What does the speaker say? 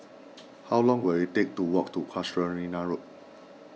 how long will it take to walk to Casuarina Road